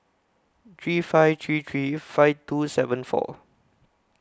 three five three three five two seven four